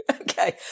Okay